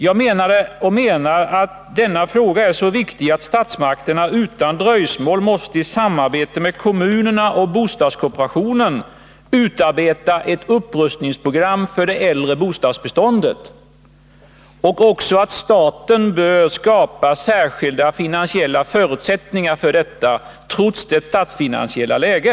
Jag menade och menar att denna fråga är så viktig att statsmakterna utan dröjsmål måste, i samarbete med kommunerna och bostadskooperationen, utarbeta ett upprustningsprogram för det äldre bostadsbeståndet. Jag menar också att staten bör skapa särskilda finansiella förutsättningar för detta, trots det statsfinansiella läget.